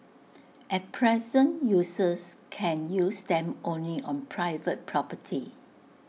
at present users can use them only on private property